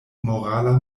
morala